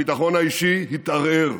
הביטחון האישי התערער,